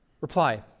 Reply